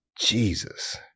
Jesus